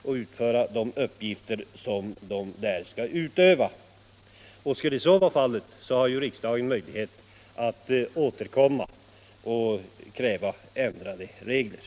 Skulle det visa sig att så inte blir fallet, har vi givetvis möjlighet att återkomma i ärendet och kräva att riksdagen ändrar reglerna.